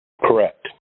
Correct